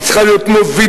צריכה להיות מובילה,